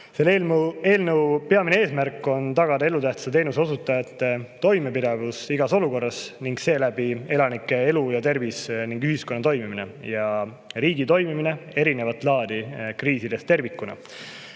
Selle eelnõu peamine eesmärk on tagada elutähtsa teenuse osutajate toimepidevus igas olukorras ning seeläbi elanike elu ja tervis ning ühiskonna ja riigi toimimine erinevat laadi kriisides tervikuna.